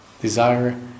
Desire